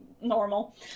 normal